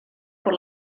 por